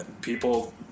people